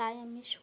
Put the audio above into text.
তাই আমি শুনি